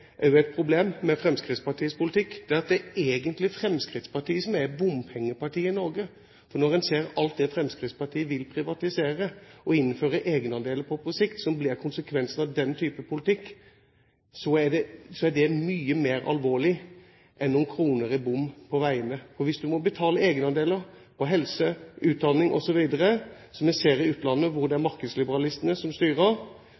er et problem med Fremskrittspartiets politikk; at det egentlig er Fremskrittspartiet som er bompengepartiet i Norge. For når en ser alt det Fremskrittspartiet vil privatisere og innføre egenandeler på på sikt, blir konsekvensen av den typen politikk mye mer alvorlig enn noen kroner i bom på veiene. Hvis du må betale egenandeler på helse, utdanning osv., som vi ser i utlandet hvor det er